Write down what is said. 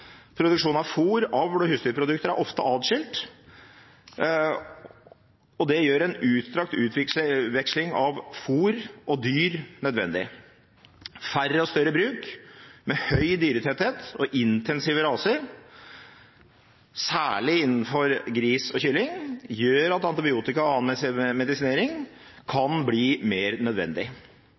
av fôr, avl og husdyrprodukter er ofte adskilt, og det gjør en utstrakt utveksling av fôr og dyr nødvendig. Færre og større bruk, med høy dyretetthet og intensive raser, særlig innenfor gris og kylling, gjør at antibiotika og annen medisinering kan bli mer nødvendig.